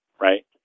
right